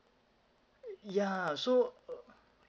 ya so uh